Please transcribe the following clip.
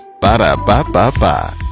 Ba-da-ba-ba-ba